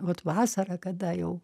vat vasarą kada jau